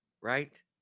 right